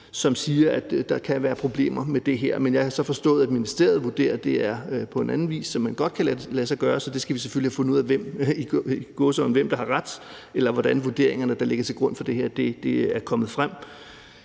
som siger, at der kan være problemer med det her. Jeg har så forstået, at ministeriet vurderer, at det forholder sig anderledes, og at det godt kan lade sig gøre, så vi skal selvfølgelig have fundet ud af, hvem der – i gåseøjne – har ret, eller hvordan vurderingerne, der ligger til grund for det her, er kommet frem.